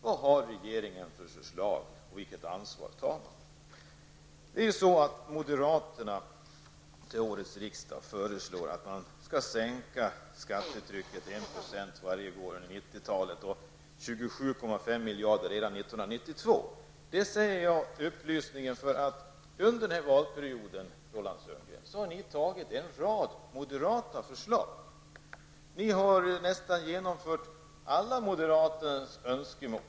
Vad har regeringen för förslag, och vilket ansvar tar man? Moderaterna har till årets riksdag föreslagit att skattetrycket skall sänkas med 1 % varje år under 90-talet och med 27,5 miljarder redan 1992. Jag vill upplysa om detta, eftersom ni, Roland Sundgren, under den här valperioden har övertagit en rad moderata förslag. Ni har genomfört nästan alla moderaternas önskemål.